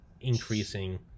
increasing